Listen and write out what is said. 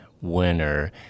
winner